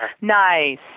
nice